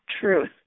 truth